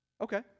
Okay